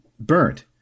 burnt